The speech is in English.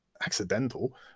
accidental